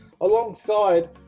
alongside